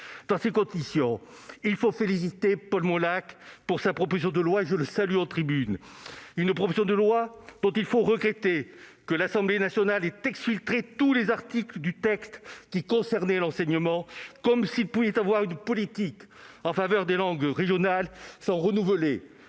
Dans ces conditions, s'il faut féliciter Paul Molac pour sa proposition de loi- et je tiens à saluer sa présence dans nos tribunes -, il faut regretter que l'Assemblée nationale ait exfiltré tous les articles du texte qui concernaient l'enseignement, comme s'il pouvait y avoir une politique en faveur des langues régionales sans renouveler,